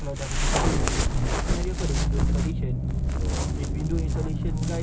aku tak tahu ikut schedule hari ini window installer but window installer ke tewas sekejap jer bang